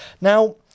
Now